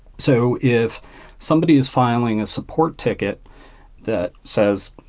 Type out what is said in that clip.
so if somebody is filing a support ticket that says,